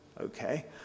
okay